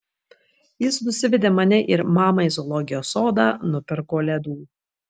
jis nusivedė mane ir mamą į zoologijos sodą nupirko ledų